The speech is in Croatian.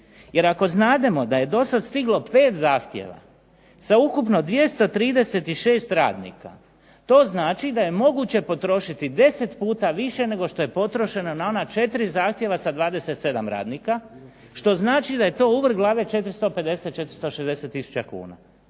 Jer ako znademo da je dosad stiglo 5 zahtjeva sa ukupno 236 radnika to znači da je moguće potrošiti 10 puta više nego što je potrošeno na ona 4 zahtjeva sa 27 radnika što znači da je to u vrh glave 450, 460000 kuna.